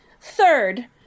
third